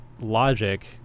logic